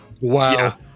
Wow